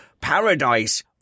paradise